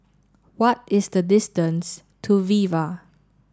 what is the distance to Viva